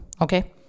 okay